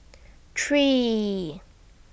three